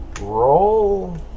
Roll